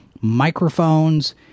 microphones